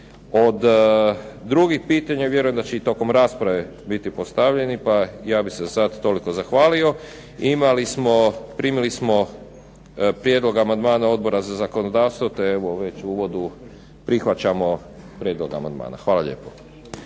Od drugih pitanja vjerujem da će i tokom rasprave biti postavljeni. Pa ja bi za sada toliko i zahvalio. Primili smo prijedlog amandmana Odbora za zakonodavstvo, te evo već u uvodu prihvaćamo prijedlog amandmana. Hvala lijepo.